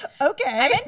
Okay